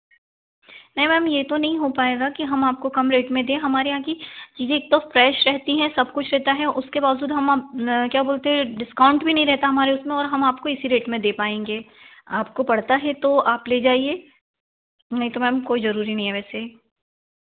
नहीं मैम यह तो नहीं हो पाएगा कि हम आपको कम रेट में दें हमारे यहाँ की चीज़ें एक तो फ्रेश रहती हैं सब कुछ रहता है उसके बावजूद हम क्या बोलते हैं डिस्काउंट भी नहीं रहता हमारे उसमें और हम आपको इसी रेट में दे पाएँगे आपको पड़ता है तो आप ले जाईए नहीं तो मैम कोई ज़रूरी नहीं है वैसे